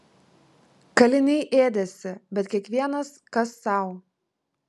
kaliniai ėdėsi bet kiekvienas kas sau